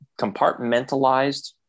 compartmentalized